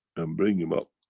and bring him up,